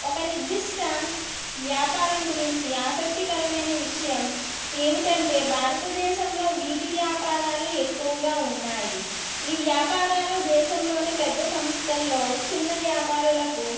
ఒక నిర్దిష్ట వ్యాపారం గురించి ఆసక్తికరమైన విషయం ఏమిటంటే భారతదేశంలో వీధి వ్యాపారాలు ఎక్కువగా ఉన్నాయి ఈ వ్యాపారాలు దేశంలోని పెద్ద సంస్థల్లో చిన్న వ్యాపారులకు